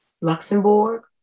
Luxembourg